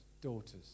daughters